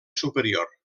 superior